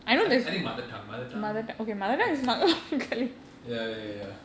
I think I think mother tongue mother tongue S_S ya ya ya